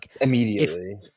Immediately